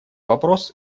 вопрос